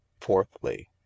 fourthly